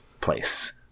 place